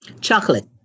Chocolate